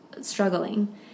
struggling